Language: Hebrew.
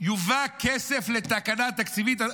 יובא כסף לתקנה תקציבית.